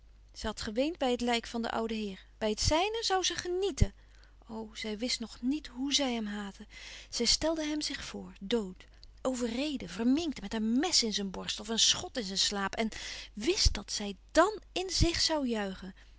had geweend bij het lijk van den ouden heer bij het zijne zoû zij genieten o zij wist nog niet hoe zij hem haatte zij stelde hem zich voor dood overreden verminkt met een mes in zijn borst of een schot in zijn slaap en wist dat zij dàn in zich zoû juichen